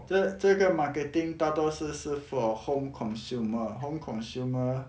这个 marketing 大多数是 for home consumer home consumer